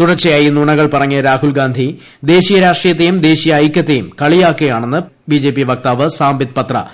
തുടർച്ചയായി നുണകൾ പറഞ്ഞ് രാഹുൽഗാന്ധി ദേശീയ രാഷ്ട്രീയത്തെയും ദേശീയ ഐക്യത്തെയും കളിയാക്കുകയാണെന്ന് ബിജെപി വക്താവ് സാംബിത് പത്ര